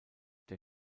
der